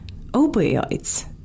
opioids